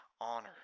honor